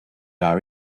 our